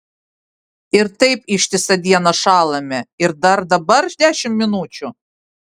ir taip ištisą dieną šąlame ir dabar dar dešimt minučių